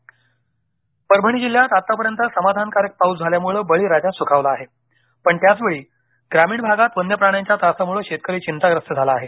परभणी शेतकरी प्राणी परभणी जिल्ह्यात आतापर्यंत समाधानकारक पाऊस झाल्यामुळे बळीराजा सुखावला आहे पण त्याचवेळी ग्रामीण भागात वन्य प्राण्यांच्या त्रासामुळे शेतकरी चिंताग्रस्त झाला आहे